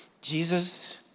Jesus